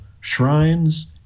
shrines